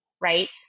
right